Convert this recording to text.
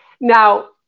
Now